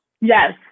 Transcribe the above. Yes